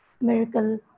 miracle